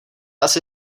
asi